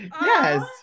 Yes